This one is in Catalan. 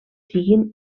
siguin